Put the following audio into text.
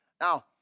Now